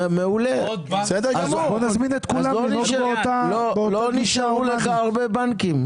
לא נשארו הרבה בנקים.